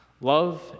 Love